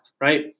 right